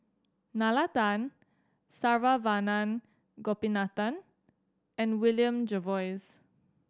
Nalla Tan Saravanan Gopinathan and William Jervois